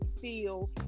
feel